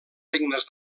regnes